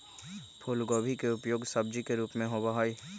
फूलगोभी के उपयोग सब्जी के रूप में होबा हई